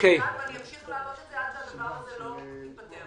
אני אמשיך להעלות את זה עד שהדבר הזה לא ייפתר.